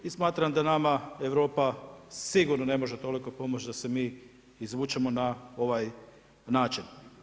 I smatram da nama Europa sigurno ne može toliko pomoći da se mi izvučemo na ovaj način.